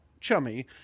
chummy